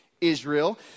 israel